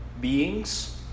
beings